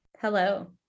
hello